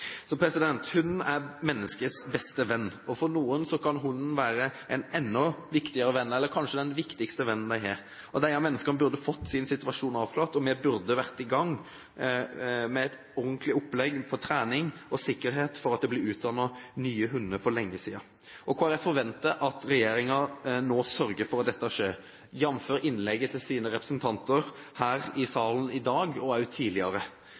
er menneskets beste venn, og for noen kan hunden være den kanskje viktigste vennen de har. Disse menneskene burde fått sin situasjon avklart, og vi burde for lenge siden vært i gang med et ordentlig opplegg for trening og hatt sikkerhet for at det blir utdannet nye hunder. Kristelig Folkeparti forventer at regjeringen nå sørger for at dette skjer, jf. innlegget til deres representanter her i salen i dag og også tidligere.